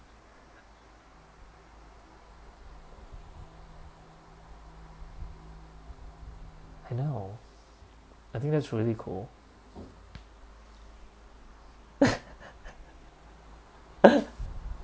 I know I think that's really cool